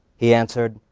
he answered,